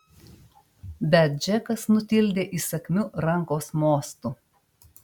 bet džekas nutildė įsakmiu rankos mostu